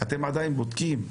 אתם עדיין בודקים.